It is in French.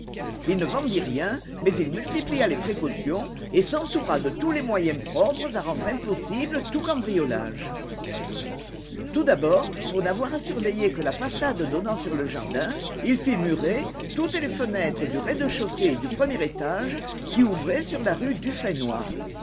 il ne vendit rien mais il multiplia les précautions et s'entoura de tous les moyens propres à rendre impossible tout cambriolage tout d'abord pour n'avoir à surveiller que la façade donnant sur le jardin il fit murer toutes les fenêtres du rez-de-chaussée et du premier étage qui ouvraient sur la rue dufrénoy